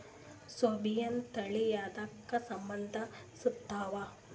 ಸೋಯಾಬಿನ ತಳಿ ಎದಕ ಸಂಭಂದಸತ್ತಾವ?